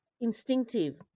instinctive